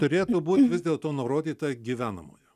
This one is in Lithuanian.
turėtų būt vis dėl to nurodyta gyvenamojo